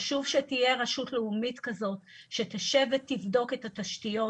חשוב שתהיה רשות לאומית כזאת שתשב ותבדוק את התשתיות